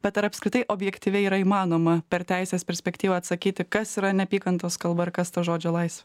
bet ar apskritai objektyviai yra įmanoma per teisės perspektyvą atsakyti kas yra neapykantos kalba ir kas ta žodžio laisvė